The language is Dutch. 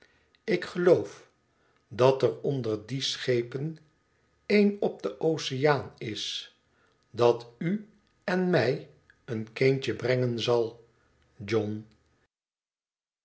ik geloof dat er onder die schepen een op den oceaan is dat u en mij een kindje brengen zal john